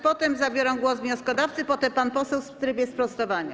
Potem zabiorą głos wnioskodawcy, a potem pan poseł w trybie sprostowania.